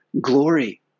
glory